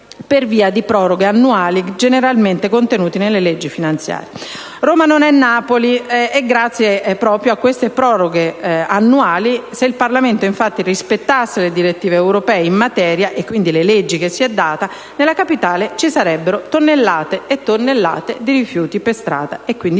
per via di proroghe annuali generalmente contenute nelle leggi finanziarie. Roma non è Napoli grazie a queste proroghe annuali, ma se il Parlamento rispettasse le direttive europee in materia e, quindi, le leggi che l'Italia si è data, nella Capitale ci sarebbero tonnellate e tonnellate di rifiuti per strada. Quindi